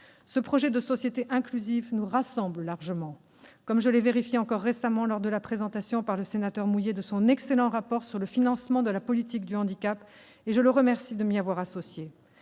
Ce projet nous rassemble largement, comme je l'ai vérifié encore récemment, lors de la présentation par le sénateur Philippe Mouiller de son excellent rapport sur le financement de la politique du handicap. Je le remercie de m'y avoir associée.